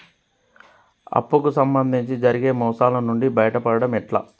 అప్పు కు సంబంధించి జరిగే మోసాలు నుండి బయటపడడం ఎట్లా?